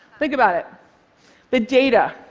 think about it the data,